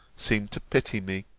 seemed to pity me.